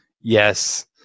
Yes